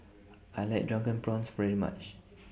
I like Drunken Prawns very much